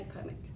permit